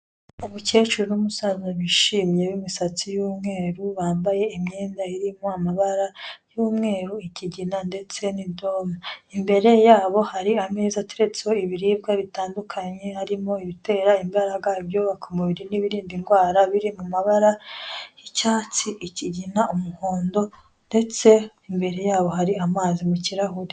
Umukecuru n'umusaza bishimye b'imisatsi y'umweru, bambaye imyenda irimo amabara y'umweru, ikigina ndetse n'idoma. Imbere yabo hari ameza ateretseho ibiribwa bitandukanye harimo ibitera imbaraga, ibyubaka umubiri n'ibirinda indwara, biri mu mabara y'icyatsi, ikigina, umuhondo ndetse imbere yabo hari amazi mu kirahure.